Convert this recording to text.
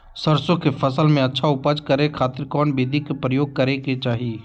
सरसों के फसल में अच्छा उपज करे खातिर कौन विधि के प्रयोग करे के चाही?